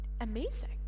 amazing